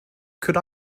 could